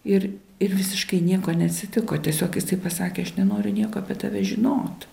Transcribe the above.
ir ir visiškai nieko neatsitiko tiesiog jisai pasakė aš nenoriu nieko apie tave žinot